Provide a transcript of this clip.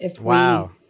Wow